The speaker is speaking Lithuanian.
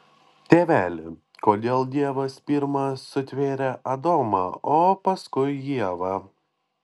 tėveli kodėl dievas pirma sutvėrė adomą o paskui ievą